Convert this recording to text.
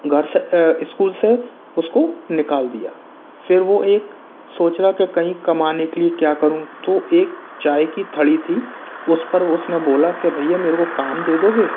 घर से स्कूल से उसको निकाल दिया फिर वह एक सोच रहा कि कहीं कमाने के लिए क्या करूँ तो एक चाय की थड़ी थी उस पर उसने बोला कि भैया मेरे को काम दे दोगे